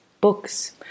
books